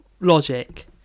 logic